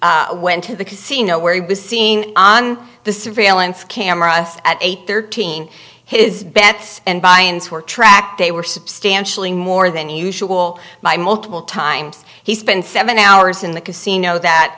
he went to the casino where he was seen on the surveillance camera us at eight thirteen his bets and buy ins were tracked they were substantially more than usual by multiple times he spent seven hours in the casino that